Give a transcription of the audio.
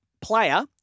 player